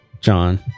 John